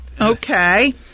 Okay